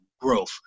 growth